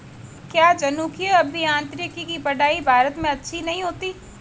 क्या जनुकीय अभियांत्रिकी की पढ़ाई भारत में अच्छी नहीं होती?